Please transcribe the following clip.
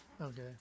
Okay